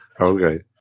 Okay